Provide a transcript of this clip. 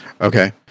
Okay